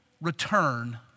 return